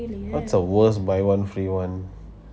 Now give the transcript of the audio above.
what's the worst buy one free one